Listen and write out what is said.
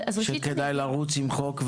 שכדאי לרוץ עם חוק,